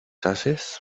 haces